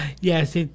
Yes